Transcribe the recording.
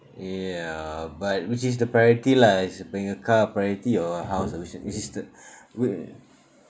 ya but which is the priority lah is buying a car a priority or a house that we should is is the wh~